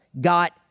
got